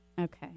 Okay